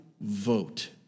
vote